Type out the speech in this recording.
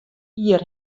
jier